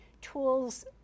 tools